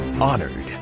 honored